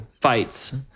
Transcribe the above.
Fights